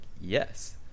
yes